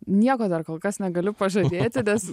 nieko dar kol kas negaliu pažadėti nes